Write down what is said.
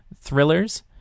thrillers